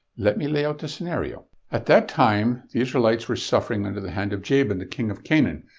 let me lay out the scenario at that time, the israelites were suffering under the hand of jabin, the king of canaan.